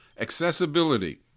Accessibility